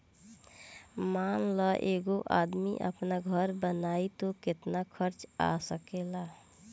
मान ल एगो आदमी आपन घर बनाइ त केतना खर्च आ सकेला